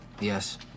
yes